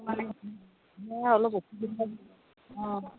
মোৰ অলপ অসুবিধা অ